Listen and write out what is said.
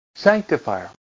sanctifier